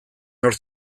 nor